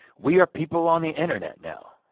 we are people on the internet now.